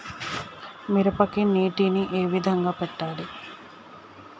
మిరపకి నీటిని ఏ విధంగా పెట్టాలి?